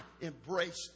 embrace